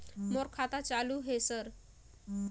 मोर खाता चालु हे सर?